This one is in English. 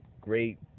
great